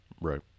Right